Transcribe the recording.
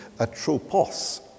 atropos